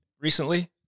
recently